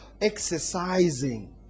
exercising